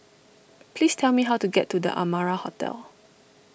please tell me how to get to the Amara Hotel